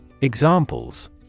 Examples